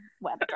web